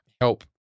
help